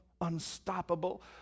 unstoppable